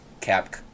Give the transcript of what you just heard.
cap